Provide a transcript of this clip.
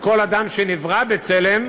וכל אדם שנברא בצלם